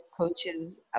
coaches